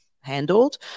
handled